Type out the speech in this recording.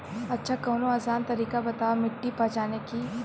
अच्छा कवनो आसान तरीका बतावा मिट्टी पहचाने की?